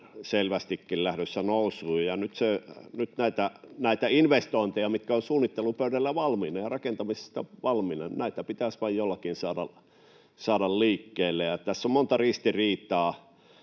selvästikin lähdössä nousuun — ja nyt näitä investointeja, mitkä ovat suunnittelupöydällä valmiina ja rakentamisessa valmiina, pitäisi vain jollakin saada liikkeelle. Tässä on monta ristiriitaa